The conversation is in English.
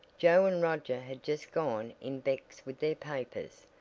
joe and roger had just gone in beck's with their papers,